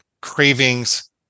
cravings